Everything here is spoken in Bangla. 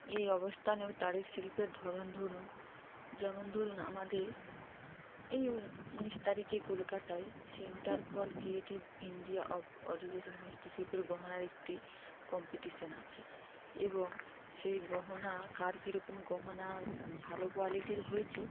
এই অবস্থানেও তারিখ শিল্পের ধরন ধরুন যেমন ধরুন আমাদের এই উনিশ তারিখে কলকাতায় centre for creative India of হস্তশিল্পের গহনার একটি কম্পিটিশান আছে এবং সেই গহনা কার কীরকম গহনা ভালো কোয়ালিটির হয়েছে